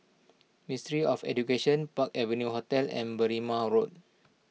Ministry of Education Park Avenue Hotel and Berrima Road